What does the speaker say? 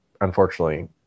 unfortunately